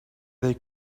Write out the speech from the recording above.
they